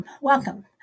welcome